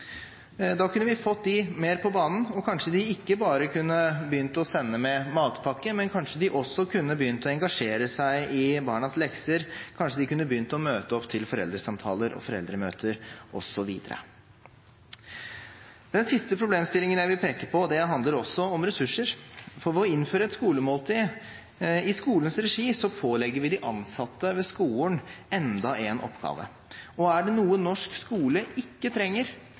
Da kunne vi fått dem mer på banen, og kanskje de begynte ikke bare å sende med barna matpakke, men også begynte å engasjere seg i barnas lekser og å møte opp til foreldresamtaler og foreldremøter osv. Den siste problemstillingen jeg vil peke på, handler også om ressurser. For ved å innføre et skolemåltid i skolens regi pålegger vi de ansatte ved skolen enda en oppgave. Er det noe norsk skole ikke trenger,